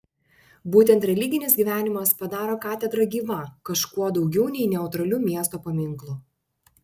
būtent religinis gyvenimas padaro katedrą gyva kažkuo daugiau nei neutraliu miesto paminklu